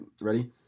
ready